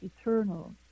eternal